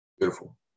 beautiful